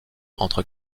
entre